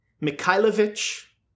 Mikhailovich